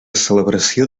celebració